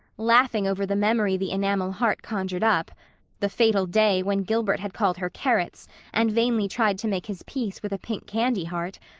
laughing over the memory the enamel heart conjured up the fatal day when gilbert had called her carrots and vainly tried to make his peace with a pink candy heart,